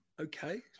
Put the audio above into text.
Okay